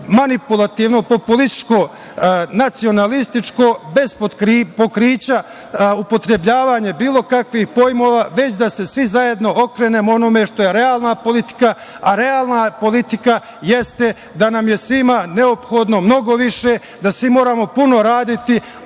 manipulativno, populističko nacionalističko bez pokrića upotrebljavanje bilo kakvih pojmova, već da se svi zajedno okrenemo onome što je realna politika, a realna je politika jeste da nam je svima neophodno mnogo više, da svi moramo puno raditi,